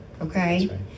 Okay